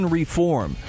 reform